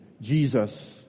Jesus